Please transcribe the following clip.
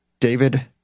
David